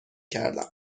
کردم